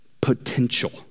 potential